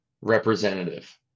representative